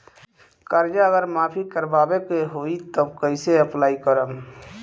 कर्जा अगर माफी करवावे के होई तब कैसे अप्लाई करम?